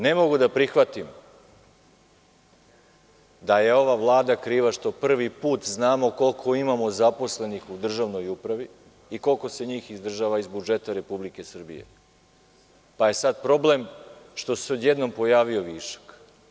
Ne mogu da prihvatim da je ova vlada kriva što po prvi put znamo koliko imamo zaposlenih u državnoj upravi i koliko se njih izdržava iz budžeta RS, pa je sada problem što se odjednom pojavio višak.